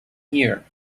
here